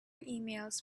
emails